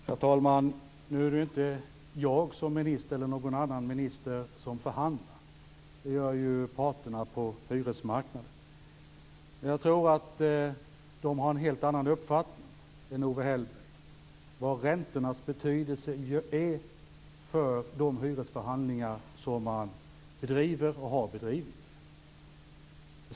Herr talman! Nu är det ju inte jag som minister eller någon annan minister som förhandlar. Det gör parterna på hyresmarknaden. Jag tror dock att de har en helt annan uppfattning än Owe Hellberg om räntornas betydelse för de hyresförhandlingar som man bedriver och har bedrivit.